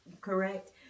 Correct